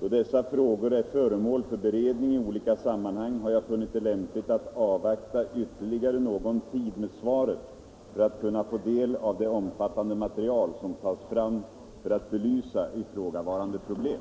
Då dessa frågor är föremål för beredning i olika sammanhang har jag funnit det lämpligt att avvakta ytterligare någon tid med svaret för att kunna få del av det omfattande material som tas fram för att belysa ifrågavarande problem.